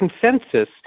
consensus